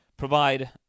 provide